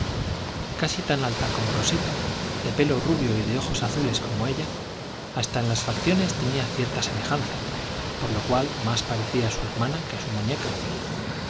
casi tan alta como rosita de pelo rubio y de ojos azules como ella hasta en las facciones tenía cierta semejanza por lo cual más parecía su hermana que su muñeca